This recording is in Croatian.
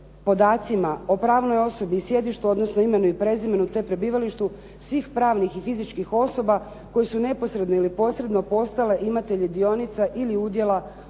podacima o pravnoj osobi i sjedištu, odnosno imenu i prezimenu te prebivalištu svih pravnih i fizičkih osoba koje su neposredno ili posredno postale imatelji dionica ili udjela u